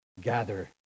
gather